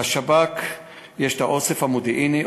לשב"כ יש אוסף מודיעיני,